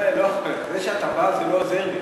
זה שאתה בא, זה לא עוזר לי.